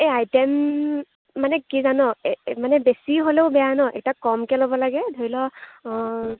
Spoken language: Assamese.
এই আইটেম মানে কি জান এই মানে বেছি হ'লেও বেয়া ন এতিয়া কমকৈ ল'ব লাগে ধৰি ল